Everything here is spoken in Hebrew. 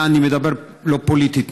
אני מדבר לא פוליטית,